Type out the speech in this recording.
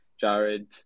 Jared